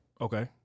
Okay